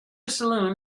saloon